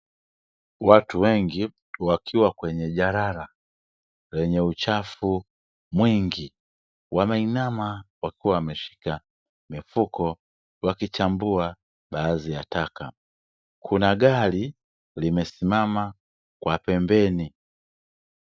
Watu wengi wakiwa kwenye jalala lenye uchafu mwingi, wameinama wakiwa wameshika mifuko wakichambua baadhi ya taka. Kuna gari limesimama kwa pembeni.